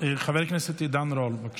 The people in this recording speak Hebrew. חבר הכנסת עידן רול, בבקשה.